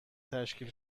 تشکیل